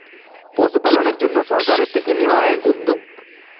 পশুপালনের জন্যে সরকার থেকে নেওয়া এই উদ্যোগ